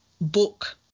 book